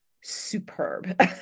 superb